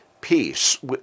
peace